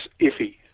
iffy